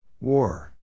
War